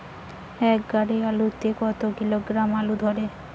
এক গাড়ি আলু তে কত কিলোগ্রাম আলু ধরে?